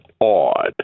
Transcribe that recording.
odd